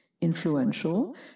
influential